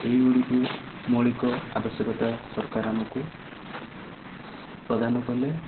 ଏଇ ଗୁଡ଼ିକୁ ମୌଳିକ ଆବଶ୍ୟକତା ସରକାର ଆମକୁ ପ୍ରଦାନ କଲେ